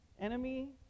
enemy